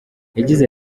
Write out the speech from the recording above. yagize